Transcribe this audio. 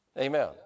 Amen